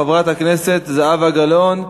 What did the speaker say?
חברת הכנסת זהבה גלאון,